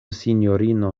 sinjorino